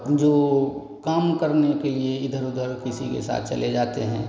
जो काम करने के लिए इधर उधर किसी के साथ चले जाते हैं